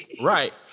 Right